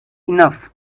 enough